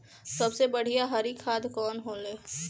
सबसे बढ़िया हरी खाद कवन होले?